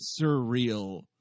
surreal